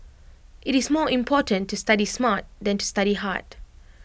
IT is more important to study smart than to study hard